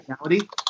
reality